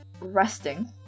resting